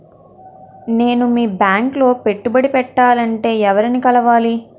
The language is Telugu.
నేను మీ బ్యాంక్ లో పెట్టుబడి పెట్టాలంటే ఎవరిని కలవాలి?